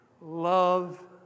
love